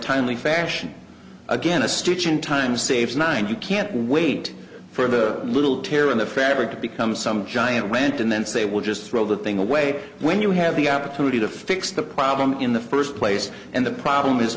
timely fashion again a stitch in time saves nine hundred can't wait for the little tear in the fabric to become some giant went and then say we'll just throw the thing away when you have the opportunity to fix the problem in the first place and the problem is